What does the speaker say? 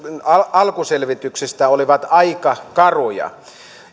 alkuselvityksistä olivat aika karuja